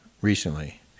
recently